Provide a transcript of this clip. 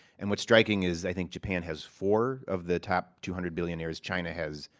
and what's striking is, i think, japan has four of the top two hundred billionaires. china has,